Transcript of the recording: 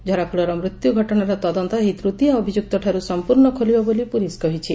ଝରାଫୁଲର ମୃତ୍ୟୁ ଘଟଶାର ତଦନ୍ତ ଏହି ତୃତୀୟ ଅଭିଯୁକ୍ତଠାରୁ ସମ୍ମର୍ଶ୍ର୍ଣ ଖୋଲିବ ବୋଲି ପୁଲିସ କହିଛି